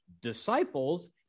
disciples